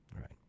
Right